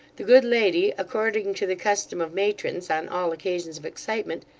the good lady, according to the custom of matrons, on all occasions of excitement,